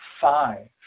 five